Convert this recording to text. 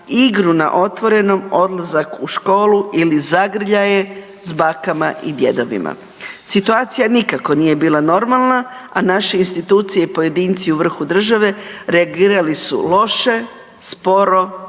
igru na otvorenom, odlazak u školu ili zagrljaje s bakama i djedovima. Situacija nikako nije bila normalna, a naše institucije i pojedinci u vrhu države reagirali su loše, sporo,